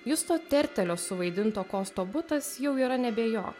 justo tertelio suvaidinto kosto butas jau yra nebe jo